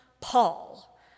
Paul